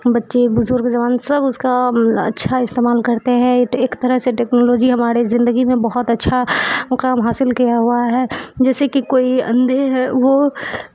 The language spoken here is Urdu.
بچے بزرگ جوان سب اس کا اچھا استعمال کرتے ہیں ایک طرح سے ٹیکنالوجی ہمارے زندگی میں بہت اچھا مقام حاصل کیا ہوا ہے جیسے کہ کوئی اندھے ہے وہ